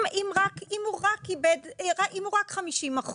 אם הוא רק 50%,